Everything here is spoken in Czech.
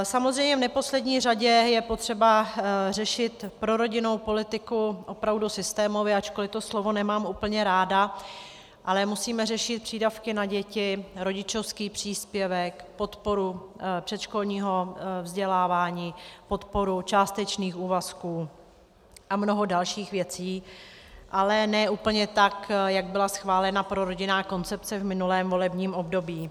Samozřejmě v neposlední řadě je potřeba řešit prorodinnou politiku opravdu systémově, ačkoli to slovo nemám úplně ráda, ale musíme řešit přídavky na děti, rodičovský příspěvek, podporu předškolního vzdělávání, podporu částečných úvazků a mnoho dalších věcí, ale ne úplně tak, jak byla schválena prorodinná koncepce v minulém volebním období.